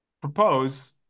propose